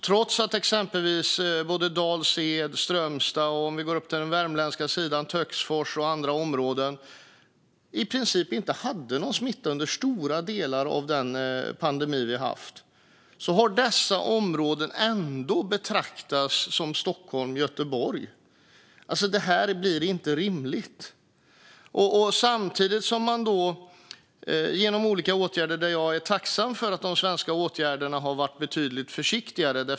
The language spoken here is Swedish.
Trots att exempelvis Dals-Ed och Strömstad, och Töcksfors om vi går till den värmländska sidan, i princip inte hade någon smitta under stora delar av pandemin har dessa områden ändå betraktats som Stockholm och Göteborg. Det här blir inte rimligt. Jag är tacksam för att de svenska åtgärderna har varit betydligt försiktigare.